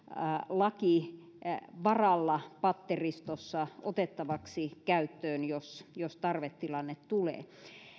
laki varalla patteristossa otettavaksi käyttöön jos jos tarvetilanne tulee